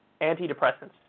antidepressants